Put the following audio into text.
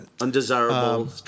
undesirable